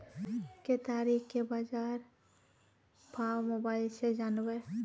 केताड़ी के बाजार भाव मोबाइल से जानवे?